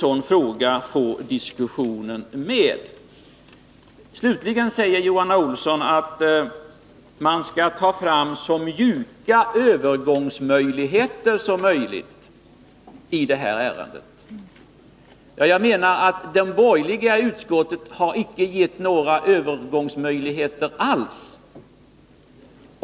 Johan A. Olsson säger slutligen att man skall skapa möjligheter för en så mjuk övergång som möjligt i det här ärendet. Jag menar att de borgerliga i utskottet inte har anvisat några övergångsmöjligheter alls.